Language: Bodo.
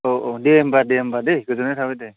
औ औ दे होमबा दे होमबा दे गोजोननाय थाबाय दे